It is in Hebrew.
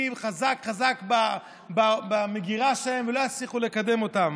חזק חזק במגירה שלהם ולא יצליחו לקדם אותם.